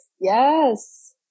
Yes